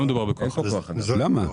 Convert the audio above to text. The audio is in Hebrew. למה?